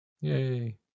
Yay